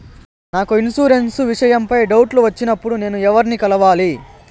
నాకు నా ఇన్సూరెన్సు విషయం పై డౌట్లు వచ్చినప్పుడు నేను ఎవర్ని కలవాలి?